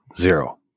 zero